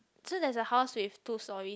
so there's a house with two storeys